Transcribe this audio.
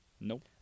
Nope